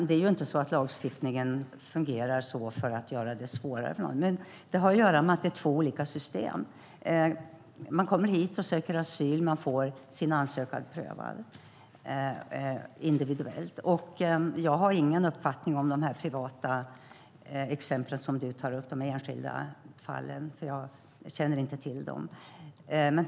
Herr talman! Lagstiftningen fungerar inte så för att göra det svårare för någon. Det beror på att det är två olika system. Man kommer hit och söker asyl, och man får sin ansökan prövad individuellt. Jag har ingen uppfattning om de enskilda fallen som Christina Höj Larsen tar upp. Jag känner inte till dem.